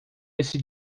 esse